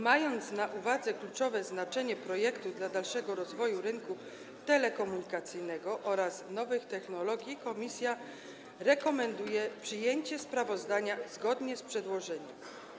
Mając na uwadze kluczowe znaczenie projektu dla dalszego rozwoju rynku telekomunikacyjnego oraz nowych technologii, komisja rekomenduje przyjęcie sprawozdania zgodnie z przedłożeniem.